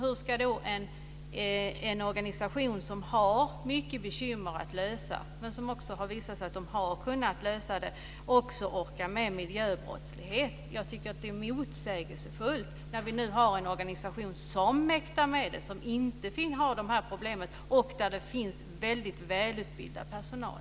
Hur ska då en organisation som har mycket bekymmer, men som har visat att man har kunnat lösa problemen, också orka med miljöbrottslighet? Jag tycker att det är motsägelsefullt, när vi nu har en organisation som mäktar med detta, som inte har de här problemen och där det finns mycket välutbildad personal.